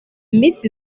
miss